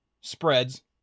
spreads